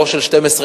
לא של 12,000,